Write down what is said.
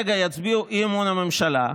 אי-אמון בממשלה,